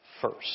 first